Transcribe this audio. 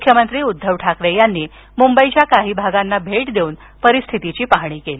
मुख्यमंत्री उद्धव ठाकरे यांनी मुंबईत काही भागात भेट देऊन परिस्थितीची पाहणी केली